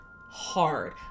hard